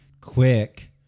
quick